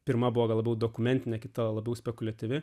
pirma buvo galbūt dokumentine kita labiau spekuliatyvi